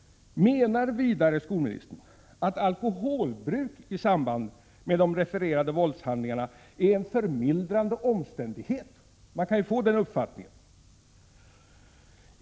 Menar vidare skolministern att alkoholbruk i samband med de refererade våldshandlingarna är en förmildrande omständighet? Man kan få den uppfattningen.